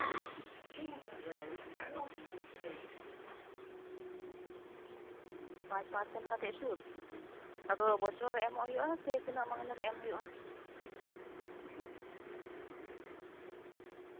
ᱯᱟᱸᱪ ᱯᱟᱨᱥᱮᱱ ᱠᱟᱛᱮ ᱥᱩᱫ ᱟᱫᱚ ᱵᱚᱪᱷᱚᱨ ᱨᱮ ᱚᱢᱚᱜ ᱦᱩᱭᱩᱜᱼᱟ ᱥᱮ ᱛᱤᱱᱟᱹᱜ ᱢᱟᱹᱦᱱᱟᱹ ᱨᱮ ᱮᱢ ᱦᱩᱭᱩᱜᱼᱟ